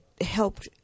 helped